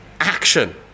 action